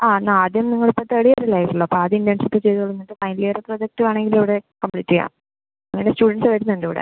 ആ എന്നാ ആദ്യം നിങ്ങളിപ്പോൾ തേർഡ് ഇയർ അല്ലേ ആയിട്ടുള്ളൂ അപ്പം ആദ്യം ഇന്റേൺഷിപ് ചെയ്തുള്ളൂ എന്നിട്ട് ഫൈനൽ ഇയർ പ്രൊജക്റ്റ് വേണങ്കില് ഇവിടെ കംപ്ലീറ്റ് ചെയ്യാം അങ്ങനെ സ്റ്റുഡന്റ് വരുന്നുണ്ട് ഇവിടെ